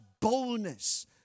boldness